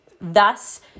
Thus